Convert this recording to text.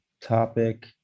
topic